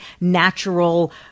natural